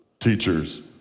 teachers